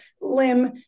limb